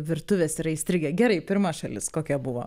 virtuvės yra įstrigę gerai pirma šalis kokia buvo